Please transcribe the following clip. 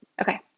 Okay